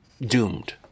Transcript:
doomed